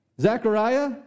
Zechariah